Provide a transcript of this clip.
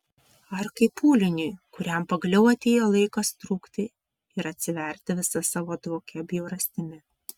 ar kaip pūliniui kuriam pagaliau atėjo laikas trūkti ir atsiverti visa savo dvokia bjaurastimi